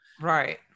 right